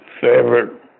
favorite